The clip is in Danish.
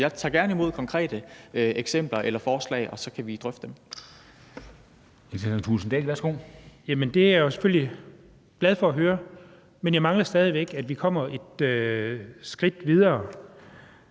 jeg tager gerne imod konkrete eksempler eller forslag, og så kan vi drøfte dem.